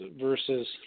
versus